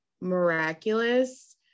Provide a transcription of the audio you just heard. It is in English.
miraculous